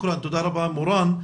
תודה רבה מורן.